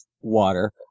water